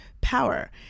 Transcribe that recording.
power